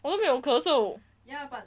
我都没有咳嗽